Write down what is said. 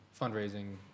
fundraising